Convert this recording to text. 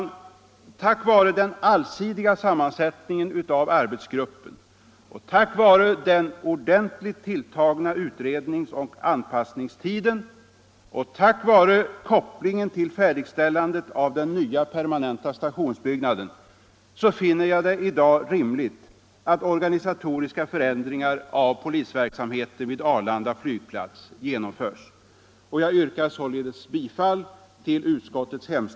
Tack vare den allsidiga sammansättningen av arbetsgruppen, tack vare den ordentligt tilltagna utrednings och anpassningstiden och tack vare kopplingen till färdigställandet av den nya permanenta stationsbyggnaden finner jag det i dag rimligt att organisatoriska förändringar av polisverksamheten vid Arlanda flygplats genomförs.